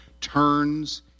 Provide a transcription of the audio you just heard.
turns